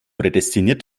prädestiniert